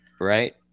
right